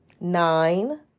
Nine